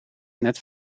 net